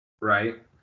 right